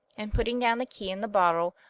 and putting down the key and the bottle,